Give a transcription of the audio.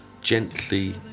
gently